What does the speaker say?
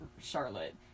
Charlotte